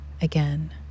again